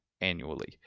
annually